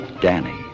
Danny